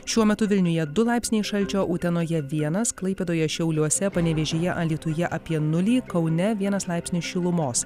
šiuo metu vilniuje du laipsniai šalčio utenoje vienas klaipėdoje šiauliuose panevėžyje alytuje apie nulį kaune vienas laipsnis šilumos